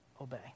obey